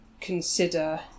consider